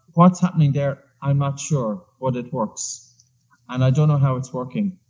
what's happening there, i'm not sure, but it works and i don't know how it's working.